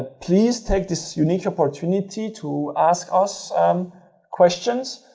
ah please takes this unique opportunity to ask us questions,